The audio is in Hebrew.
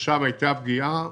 ששם הייתה פגיעה,